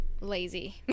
Lazy